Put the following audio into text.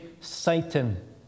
Satan